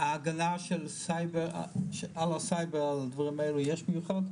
ההגנה של סייבר על הסייבר יש ביטוח?